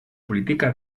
politika